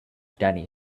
danny